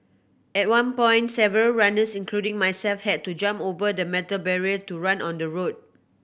at one point several runners including myself had to jump over the metal barrier to run on the road